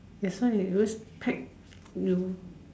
that's why you always pack you